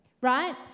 right